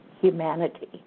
humanity